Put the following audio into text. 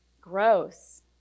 gross